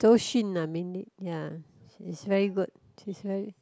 Zhou-Xun uh mainly ya she's very good she's very